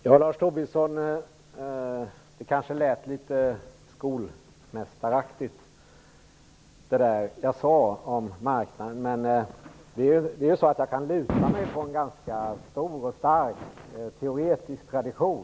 Herr talman! Ja, Lars Tobisson, det där jag sade om marknaden kanske lät litet skolmästaraktigt. Men det är ju så att jag kan luta mig mot en stark, teoretisk tradition.